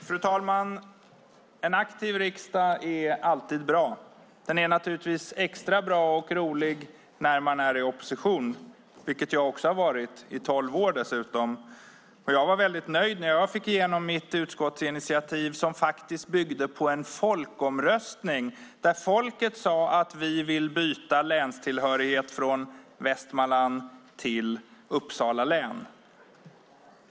Fru talman! En aktiv riksdag är alltid bra. Det är naturligtvis extra bra och roligt när man är i opposition, vilket jag varit i tolv år. Jag var mycket nöjd när jag fick igenom mitt utskottsinitiativ som byggde på en folkomröstning. Folket sade att de ville byta länstillhörighet, från Västmanlands till Uppsala län.